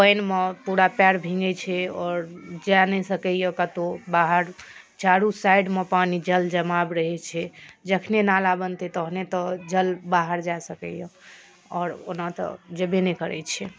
पानिमे पूरा पयर भीङ्गे छै आओर जाइ नहि सकैय कतौ बाहर चारू साइडमे पानि जल जमाव रहै छै जखने नाला बनतै तखने तऽ जल बाहर जा सकय यऽ आओर ओना तऽ जेबै नहि करै छै